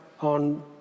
on